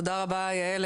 תודה רבה יעל,